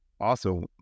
Awesome